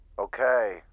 Okay